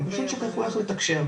הם פשוט שכחו איך לתקשר,